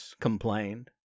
complained